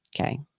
Okay